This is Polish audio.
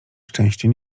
szczęście